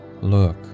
Look